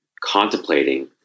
Contemplating